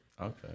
Okay